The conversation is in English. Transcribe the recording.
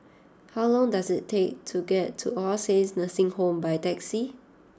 how long does it take to get to All Saints Nursing Home by taxi